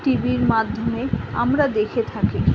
টি ভির মাধ্যমে আমরা দেখে থাকি